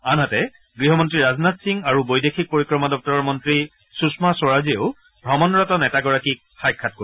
আনহাতে গৃহমন্ত্ৰী ৰাজনাথ সিং আৰু বৈদেশিক পৰিক্ৰমা দপ্তৰৰ মন্তী সুষ্মা স্বৰাজেও ভ্ৰমণৰত নেতাগৰাকীক সাক্ষাৎ কৰিব